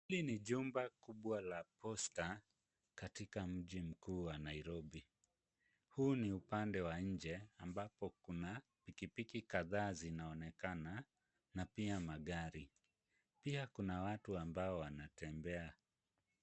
Hili ni jumba kubwa la posta katika mji mkuu wa Nairobi. Huu ni upande wa nje ambapo kuna pikipiki kadhaa zinaonekana na pia magari. Pia kuna watu ambao wanatembea.